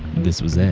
this was it.